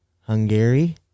Hungary